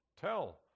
tell